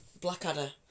Blackadder